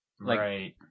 Right